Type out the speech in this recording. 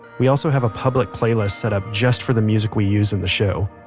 we also have a public playlist set up just for the music we use in the show.